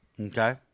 Okay